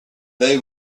they